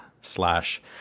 slash